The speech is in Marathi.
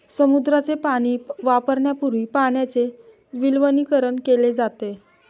समुद्राचे पाणी वापरण्यापूर्वी पाण्याचे विलवणीकरण केले जाते